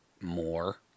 more